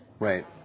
Right